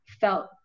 felt